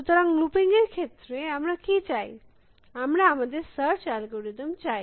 সুতরাং লুপিং এর ক্ষেত্রে আমরা কী চাই আমরা আমাদের সার্চ অ্যালগরিদম চাই